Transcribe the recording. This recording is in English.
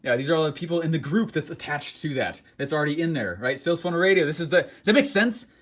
yeah these are all of people in the group that's attached to that, that's already in there, right? sales funnel radio, this is the, does that make sense?